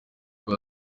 ati